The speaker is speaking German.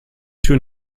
tür